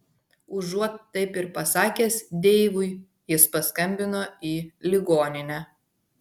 užuot taip ir pasakęs deivui jis paskambino į ligoninę